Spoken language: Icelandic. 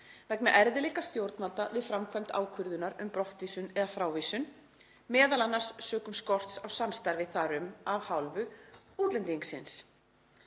vegna erfiðleika stjórnvalda við framkvæmd ákvörðunar um brottvísun eða frávísun, m.a. sökum skorts á samstarfi þar um af hálfu útlendingsins.“